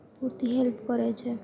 પૂરતી હેલ્પ કરે છે